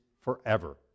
forever